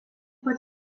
pat